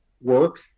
work